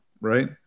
right